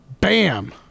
bam